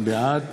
בעד